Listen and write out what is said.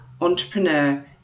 entrepreneur